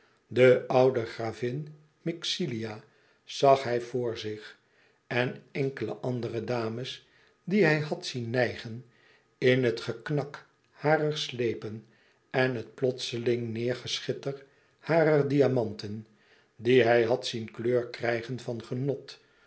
de oude gravin myxila zag hij voor zich en enkele andere dames die hij had zien nijgen in het geknak harer slepen en het plotseling neêrgeschitter harer diamanten die hij had zien kleur krijgen van genot